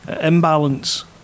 imbalance